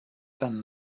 than